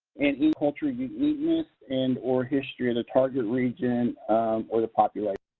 and any cultural uniqueness and or history of the target region or the population.